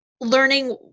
learning